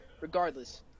regardless